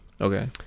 okay